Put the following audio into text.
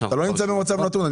אתה לא נמצא במצב נתון.